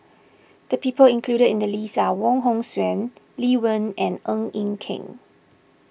the people included in the list are Wong Hong Suen Lee Wen and Ng Eng Kee